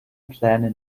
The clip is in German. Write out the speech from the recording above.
pläne